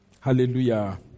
Hallelujah